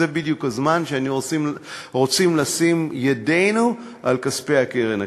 זה בדיוק הזמן שהיינו רוצים לשים ידינו על כספי הקרן הקיימת.